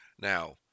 Now